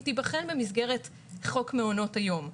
היא תיבחן במסגרת חוק מעונות היום.